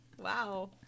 Wow